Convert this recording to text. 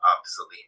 obsolete